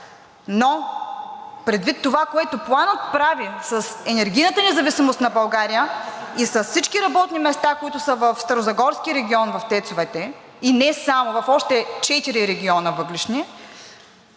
но предвид това, което Планът прави с енергийната независимост на България и с всички работни места, които са в Старозагорския регион в ТЕЦ-овете, а и не само – в още четири въглищни